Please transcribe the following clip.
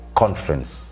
conference